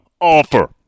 offer